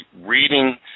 reading